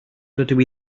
dydw